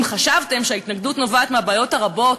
אם חשבתם שההתנגדות נובעת מהבעיות הרבות